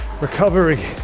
recovery